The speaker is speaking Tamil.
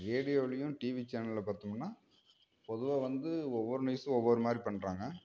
ரேடியோவுலையும் டிவி சேனலில் பார்த்தோம்னா பொதுவாக வந்து ஒவ்வொரு நியூஸும் ஒவ்வொரு மாதிரி பண்ணுறாங்க